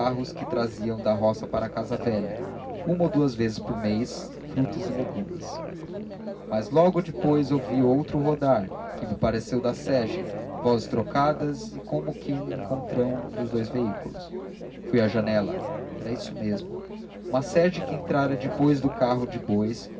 carros que traziam da roga para a casa velha uma ou duas vezes por mês fruta e legumes mas logo depois ouvi outro rodar que me pareceu de sege vozes trocadas e como que um encontrão dos dous veículos fui à janela era isso mesmo uma sege que entrara depois do carro de bois